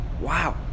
Wow